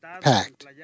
packed